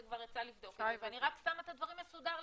כבר יצא לבדוק את זה ואני רק שמה את הדברים מסודר.